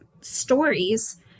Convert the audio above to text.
stories